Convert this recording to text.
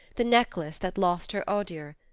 the necklace that lost her odur.